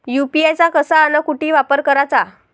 UPI चा कसा अन कुटी वापर कराचा?